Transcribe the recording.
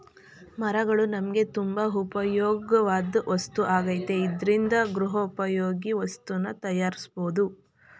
ಮರಗಳು ನಮ್ಗೆ ತುಂಬಾ ಉಪ್ಯೋಗವಾಧ್ ವಸ್ತು ಆಗೈತೆ ಇದ್ರಿಂದ ಗೃಹೋಪಯೋಗಿ ವಸ್ತುನ ತಯಾರ್ಸ್ಬೋದು